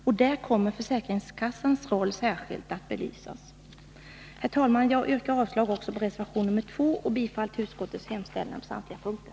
Därvid kommer försäkringskassans roll att särskilt belysas. Fru talman! Jag yrkar avslag också på reservation nr 2 — och bifall till utskottets hemställan på samtliga punkter.